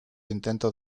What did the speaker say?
intento